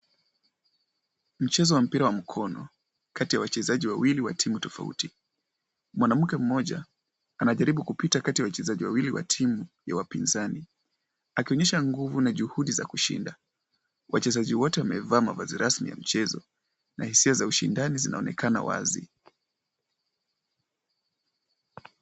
Mchezo wa mpira wa mkono kati ya wachezaji wawili wa timu tofauti. Mwanamke mmoja anajaribu kupita kati ya wachezaji wawili wa timu ya wapinzani akionyesha nguvu na juhudi za kushinda. Wachezaji wote wamevaa mavazi rasmi za mchezo na hisia za ushindani zinaonekana wazi.